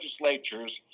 legislatures